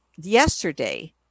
yesterday